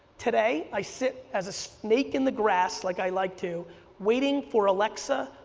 today i sit as a snake in the grass like i like to waiting for alexa,